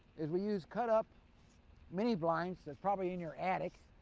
is we use cut-up mini blinds that's probably in your attic.